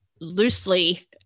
loosely –